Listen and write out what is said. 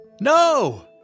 No